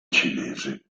cinese